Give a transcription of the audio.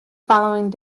following